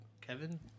Kevin